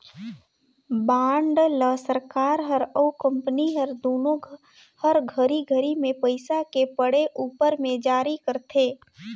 bond ल सरकार हर अउ कंपनी हर दुनो हर घरी घरी मे पइसा के पड़े उपर मे जारी करथे